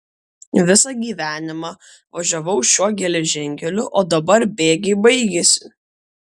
visą gyvenimą važiavau šiuo geležinkeliu o dabar bėgiai baigėsi